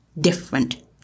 different